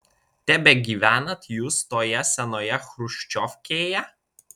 tebegyvenat jūs toje senoje chruščiovkėje